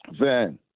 Van